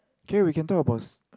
okay we can talk about